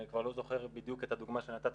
אני כבר לא זוכר בדיוק את הדוגמא שנתת,